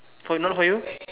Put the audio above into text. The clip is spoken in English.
for not for you